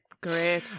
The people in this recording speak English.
Great